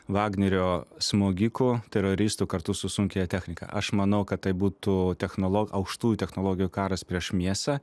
vagnerio smogikų teroristų kartu su sunkiąja technika aš manau kad tai būtų technolo aukštųjų technologijų karas prieš mėsą